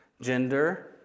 gender